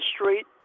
Street